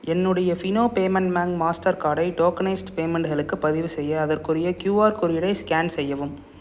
என்னுடைய Fino payment bank master கார்டை tokenised பேமெண்ட்டுகளுக்கு பதிவுசெய்ய அதற்குரிய கியூஆர் குறியீடை ஸ்கேன் செய்யவும்